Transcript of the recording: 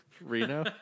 Reno